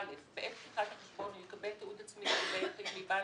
(א) בעת פתיחת החשבון הוא יקבל תיעוד עצמי לגבי יחיד מבעל